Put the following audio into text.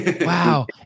Wow